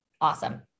awesome